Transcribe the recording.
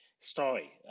story